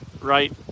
right